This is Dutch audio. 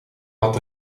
had